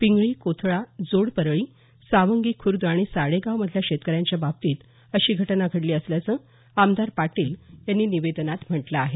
पिंगळी कोथळा जोड परळी सावंगी खुर्द आणि साडेगावमधल्या शेतकऱ्यांच्या बाबतीतही अशीच घटना घडली असल्याचं आमदार पाटील यांनी निवेदनात म्हटलं आहे